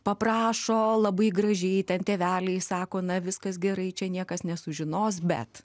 paprašo labai gražiai ten tėveliai sako na viskas gerai čia niekas nesužinos bet